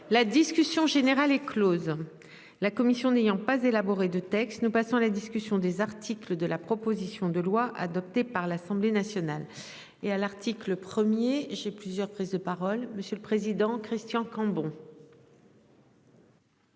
la discussion générale est Close. La commission n'ayant pas élaboré de texte nous passons la discussion des articles. Que de la proposition de loi adoptée par l'Assemblée nationale et à l'article premier j'ai plusieurs prises de parole, monsieur le président, Christian Cambon.